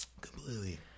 completely